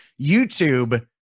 YouTube